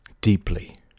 deeply